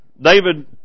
David